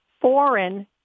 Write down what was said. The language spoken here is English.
foreign